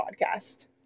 podcast